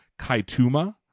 Kaituma